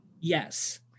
Yes